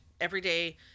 everyday